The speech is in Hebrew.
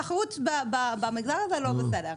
התחרות במגזר הזה היא לא בסדר.